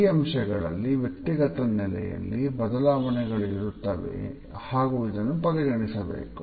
ಈ ಅಂಶಗಳಲ್ಲಿ ವ್ಯಕ್ತಿಗತ ನೆಲೆಯಲ್ಲಿ ಬದಲಾವಣೆಗಳು ಇರುತ್ತವೆ ಹಾಗೂ ಇದನ್ನು ಪರಿಗಣಿಸಬೇಕು